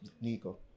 Nico